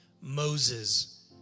Moses